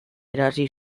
irabazi